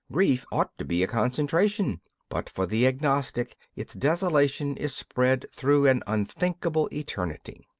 grief ought to be a concentration but for the agnostic its desolation is spread through an unthinkable eternity.